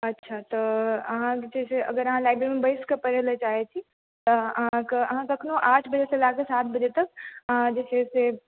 अच्छा तऽ अहाँ जे छै से अगर अहाँ लाइब्रेरी मे बैसकऽ पढ़ै लए चाहै छी तऽ अहाँकेॅं अहाँ कखनो आठ बजेसँ लए कऽ सात बजे तक अहाँ जे छै से